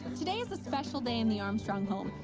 today is a special day in the armstrong home,